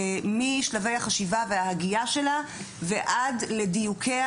משלבי החשיבה וההגייה שלה ועד לדיוקיה.